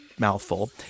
mouthful